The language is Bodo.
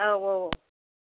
औ औ औ